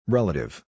Relative